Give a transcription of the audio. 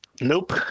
Nope